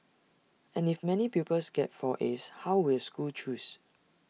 and if many pupils get four as how will schools choose